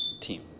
team